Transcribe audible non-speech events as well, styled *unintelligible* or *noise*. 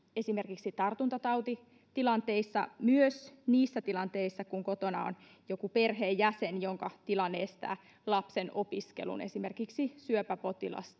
esimerkiksi tartuntatautitilanteissa myös niissä tilanteissa kun kotona on joku perheenjäsen jonka tilanne estää lapsen opiskelun esimerkiksi syöpäpotilas *unintelligible*